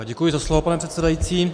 Děkuji za slovo, pane předsedající.